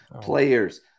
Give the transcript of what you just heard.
players